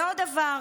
ועוד דבר.